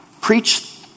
Preach